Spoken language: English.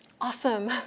Awesome